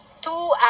two